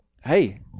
Hey